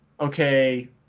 okay